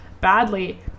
badly